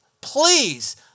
please